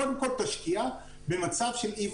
אז קודם כל אני צריך להשקיע במצב של אי